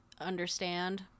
understand